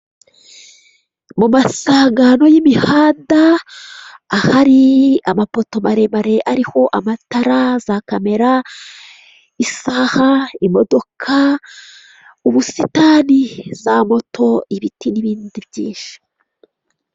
Mu masangano y'imihanda, ahari amapoto maremare ariho amatara, za kamera, isaha, imodoka, ubusitani, za moto, ibiti, n'ibindi byinshi.